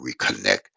reconnect